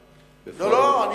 לא.